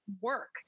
work